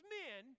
men